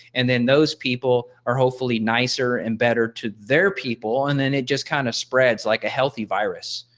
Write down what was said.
and then those people are hopefully nicer and better to their people and then it just kind of spreads like a healthy virus.